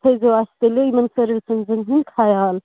تھٲیِزیٚو اَسہِ تیٚلہِ یِمَن سٔرٕوِسَن ہُنٛد خیال